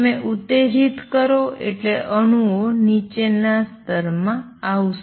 તમે ઉત્તેજીત કરો એટલે અણુઓ નીચેના સ્તર માં આવશે